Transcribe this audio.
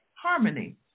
Harmony